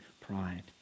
pride